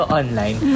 online